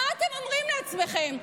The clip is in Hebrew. מה אתם אומרים לעצמכם.